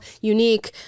unique